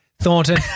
Thornton